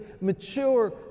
mature